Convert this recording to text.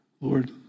Lord